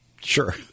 Sure